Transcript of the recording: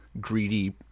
greedy